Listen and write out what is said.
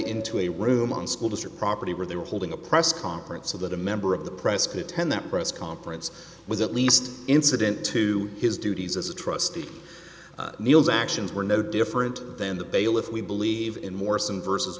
into a room on the school district property where they were holding a press conference so that a member of the press could attend that press conference was at least incident to his duties as a trustee mills actions were no different than the bailiff we believe in morrison versus